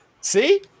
See